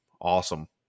awesome